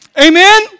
Amen